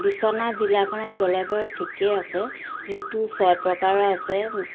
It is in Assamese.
বিশ্বনাথ জিলাখনত জলবায়ু ঠিকেই আছে ঋতু ছয় প্ৰকাৰৰ আছে